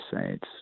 saints